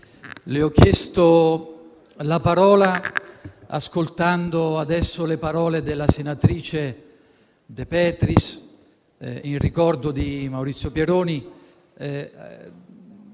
le ho chiesto la parola avendo ascoltato adesso le parole della senatrice De Petris in ricordo di Maurizio Pieroni.